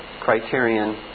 criterion